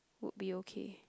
would be okay